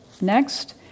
Next